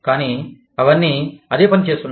కానీ అవన్నీ అదే పని చేస్తున్నాయి